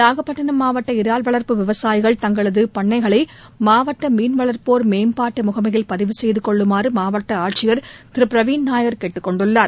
நாகப்பட்டினம் மாவட்ட இறால் வளர்ப்பு விவசாயிகள் தங்களது பண்ணைகளை மாவட்ட மீன்வளர்ப்போர் மேம்பாட்டு முகமையில் பதிவு செய்து கொள்ளுமாறு மாவட்ட ஆட்சியர் திரு பிரவீன் நாயர் கேட்டுக் கொண்டுள்ளார்